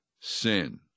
sin